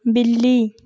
बिल्ली